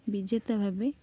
ବିଜେତା ଭାବେ